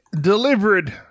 delivered